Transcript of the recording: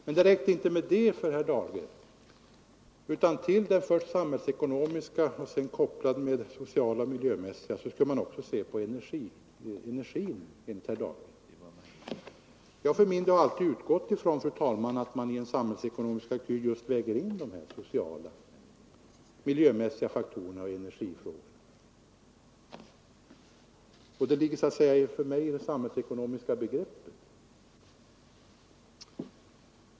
Men det räckte inte med det för herr Dahlgren. Förutom först det samhällsekonomiska och sedan det sociala och det miljömässiga skulle man också se på energin. Jag för min del har alltid utgått ifrån, fru talman, att man i en samhällsekonomisk kalkyl just lägger in de här sociala och miljömässiga faktorerna och energifrågorna. Det ligger för mig så att säga i det samhällsekonomiska begreppet.